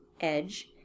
edge